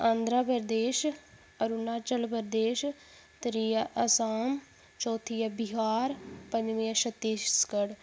आंध्रा प्रदेश अरुणाचल प्रदेश त्रीआ असाम चौथी ऐ बिहार पंजमी ऐ छत्तीसगढ़